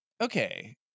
okay